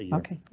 ok,